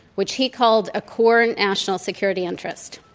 which he called, a core and national security interest?